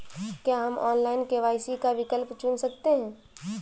क्या हम online KYC का विकल्प चुन सकते हैं?